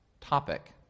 topic